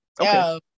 Okay